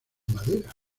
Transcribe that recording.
madera